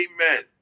Amen